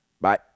bye